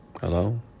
Hello